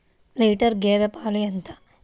Litre గేదె పాలు ఎంత?